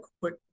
quick